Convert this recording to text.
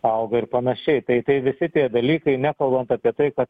auga ir panašiai tai tai visi tie dalykai nekalbant apie tai kad